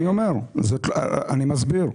אני מסביר.